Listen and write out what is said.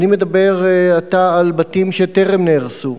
אני מדבר עתה על בתים שטרם נהרסו,